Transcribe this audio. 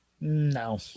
No